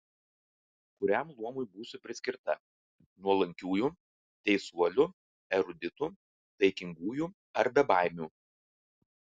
kuriam luomui būsiu priskirta nuolankiųjų teisuolių eruditų taikingųjų ar bebaimių